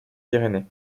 pyrénées